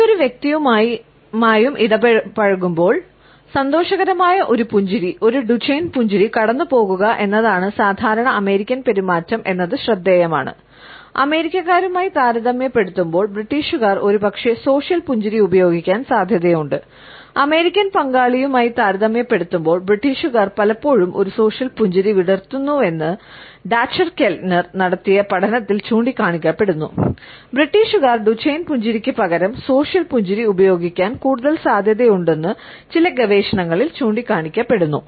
ഏതൊരു വ്യക്തിയുമായും ഇടപഴകുമ്പോൾ സന്തോഷകരമായ ഒരു പുഞ്ചിരി ഒരു ഡുചെൻ പുഞ്ചിരി ഉപയോഗിക്കാൻ കൂടുതൽ സാധ്യതയുണ്ടെന്ന് ചില ഗവേഷണങ്ങളിൽ ചൂണ്ടിക്കാണിക്കപ്പെടുന്നു